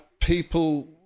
people